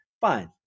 Fine